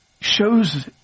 shows